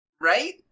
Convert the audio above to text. Right